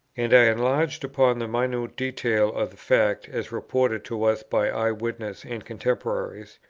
and i enlarged upon the minute details of the fact as reported to us by eye-witnesses and contemporaries.